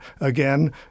again